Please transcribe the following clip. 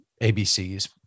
ABC's